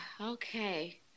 okay